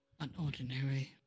Unordinary